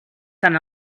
tan